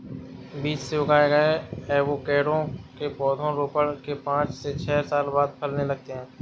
बीज से उगाए गए एवोकैडो के पौधे रोपण के पांच से छह साल बाद फलने लगते हैं